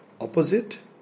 opposite